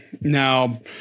Now